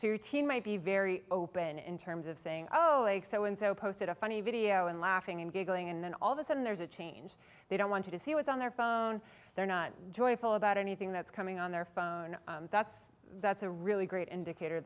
teen might be very open in terms of saying oh it's so and so posted a funny video and laughing and giggling and then all of a sudden there's a change they don't want to see what's on their phone they're not joyful about anything that's coming on their phone that's that's a really great indicator